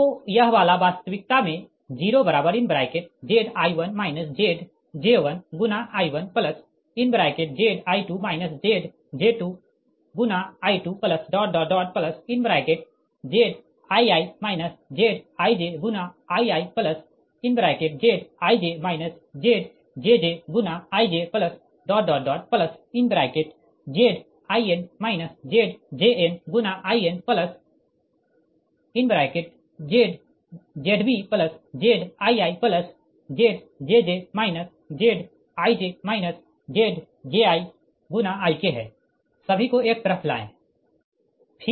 तो यह वाला वास्तविकता में 0Zi1 Zj1I1Zi2 Zj2I2Zii ZijIiZij ZjjIjZin ZjnIn ZbZiiZjj Zij ZjiIk है सभी को एक तरफ लाए